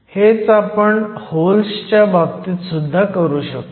हेच आपण होल्सच्या बाबतीत सुद्धा करू शकतो